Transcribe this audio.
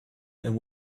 and